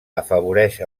afavoreix